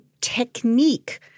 technique